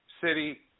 City